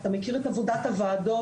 אתה מכיר את עבודת הוועדות,